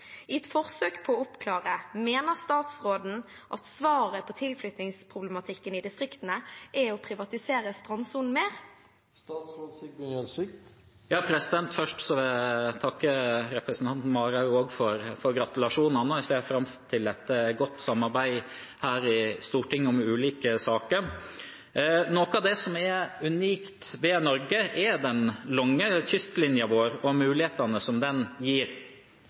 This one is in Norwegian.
i distriktene er å privatisere strandsona mer?» Først vil jeg takke også representanten Marhaug for gratulasjonene, og jeg ser fram til et godt samarbeid her i Stortinget om ulike saker. Noe av det som er unikt ved Norge, er den lange kystlinjen vår og mulighetene den gir.